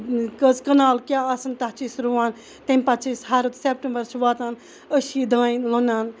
کٔژ کَنال کیاہ آسَن تتھ چھِ أسۍ رُوان تمہِ پَتہٕ چھِ أسۍ سیٚپٹَمبر چھُ واتان أسۍ چھِ یہِ دانہِ لوٚنان